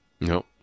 no